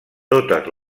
totes